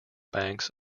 banks